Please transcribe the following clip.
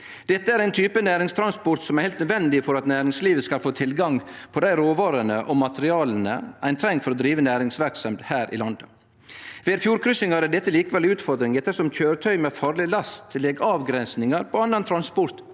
Dette er ein type næringstransport som er heilt nødvendig for at næringslivet skal få tilgang til dei råvarene og materiala ein treng for å drive næringsverksemd her i landet. Ved fjordkryssingar er dette likevel ei utfordring ettersom køyretøy med farleg last legg avgrensingar på annan transport